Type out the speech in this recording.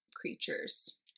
creatures